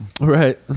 right